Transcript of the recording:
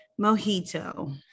mojito